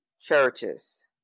churches